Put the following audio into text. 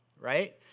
right